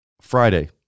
Friday